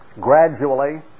gradually